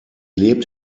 lebt